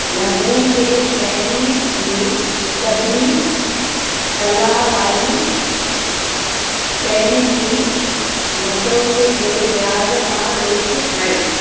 रंधिणे जी शयुनि जी सभिनी सलाह वारियुनि शयुनि जी मशहूरीअ जे लिहाज़ खां लिस्ट ठाहियो